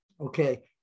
Okay